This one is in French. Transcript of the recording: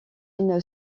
une